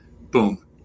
Boom